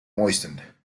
moistened